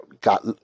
got